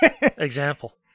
Example